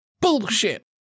Bullshit